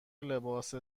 لباس